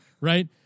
right